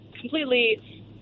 completely